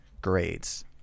grades